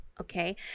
Okay